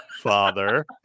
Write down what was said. father